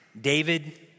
David